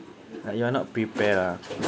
ah you are not prepare lah